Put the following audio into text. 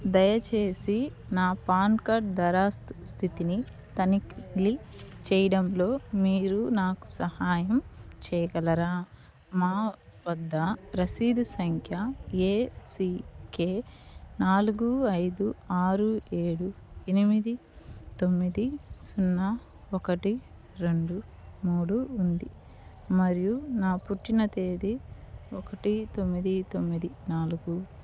దయచేసి నా PAN card దరఖాస్తు స్థితిని తనిఖి చెయ్యడంలో మీరు నాకు సహాయం చెయ్యగలరా మా వద్ద రసీదు సంఖ్య ఏసీకె నాలుగు ఐదు ఆరు ఏడు ఎనిమిది తొమ్మిది సున్నా ఒకటి రెండు మూడు ఉంది మరియు నా పుట్టిన తేదీ ఒకటి తొమ్మిది తొమ్మిది నాలుగు